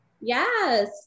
yes